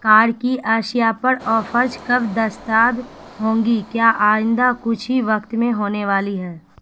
کار کی اشیاء پر آفرج کب دستاب ہوں گی کیا آئندہ کچھ ہی وقت میں ہونے والی ہے